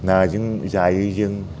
ना जों जायो जों